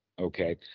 Okay